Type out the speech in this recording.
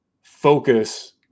focus